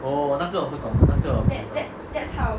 oh 那个我不懂那个我不知道